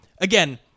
again